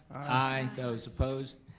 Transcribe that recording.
aye. those opposed,